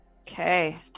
Okay